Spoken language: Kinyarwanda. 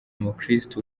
umukirisitu